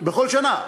בכל שנה.